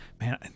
Man